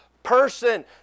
person